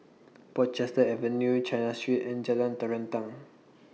Portchester Avenue China Street and Jalan Terentang